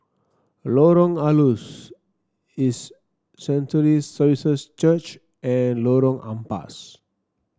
Lorong Halus His Sanctuary Services Church and Lorong Ampas